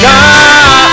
God